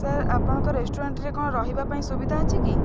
sir ଆପଣଙ୍କ ରେଷ୍ଟୁରାଣ୍ଟରେ କ'ଣ ରହିବା ପାଇଁ ସୁବିଧା ଅଛି କି